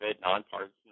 nonpartisan